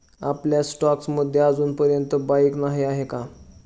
आपल्या स्टॉक्स मध्ये अजूनपर्यंत बाईक नाही आहे का?